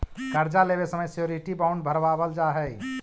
कर्जा लेवे समय श्योरिटी बॉण्ड भरवावल जा हई